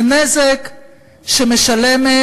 זה נזק שמשלמת